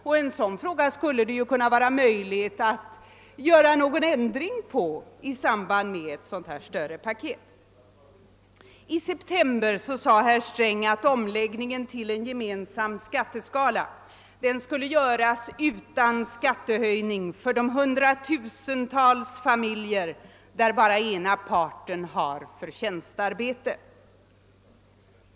Det borde vara möjligt att göra någon ändring i samband med ett sådant här större paket. I september sade herr Sträng att omläggningen till gemensam skatteskala skulle göras utan skattehöjning för de hundratusentals familjer där bara den ena parten har förtjänstarbete.